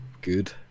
good